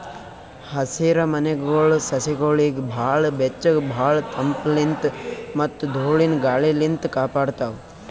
ಹಸಿರಮನೆಗೊಳ್ ಸಸಿಗೊಳಿಗ್ ಭಾಳ್ ಬೆಚ್ಚಗ್ ಭಾಳ್ ತಂಪಲಿನ್ತ್ ಮತ್ತ್ ಧೂಳಿನ ಗಾಳಿನಿಂತ್ ಕಾಪಾಡ್ತಾವ್